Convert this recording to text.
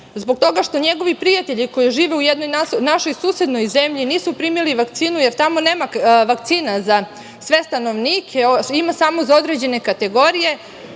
zbog toga što njegovi prijatelji koji žive u jednoj našoj susednoj zemlji nisu primili vakcinu jer tamo nema vakcina za sve stanovnike, ima samo za određene kategorije,